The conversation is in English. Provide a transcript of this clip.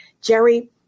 Jerry